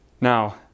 Now